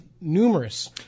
numerous